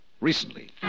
Recently